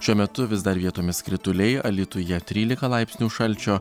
šiuo metu vis dar vietomis krituliai alytuje trylika laipsnių šalčio